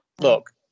Look